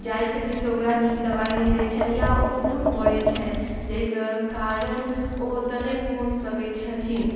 जाइ छथिन तऽ ओकरा नीक दवाइ नहि दै छनि या ओ दूर परै छनि जाहि के कारण ओ ओतौ नहि पहुँच सकै छथिन